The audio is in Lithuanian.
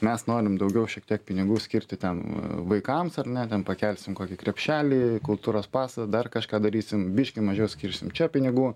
mes norim daugiau šiek tiek pinigų skirti ten vaikams ar ne ten pakelsim kokį krepšelį kultūros pasą dar kažką darysim biškį mažiau skirsim čia pinigų